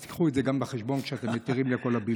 אז קחו גם את זה בחשבון כשאתם מתירים את כל הבילויים.